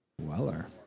Weller